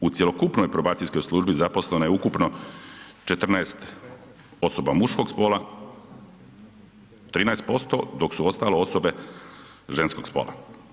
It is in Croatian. U cjelokupnoj probacijskoj službi zaposleno je ukupno 14 osoba muškog spola, 13%, dok su ostalo osobe ženskog spola.